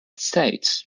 states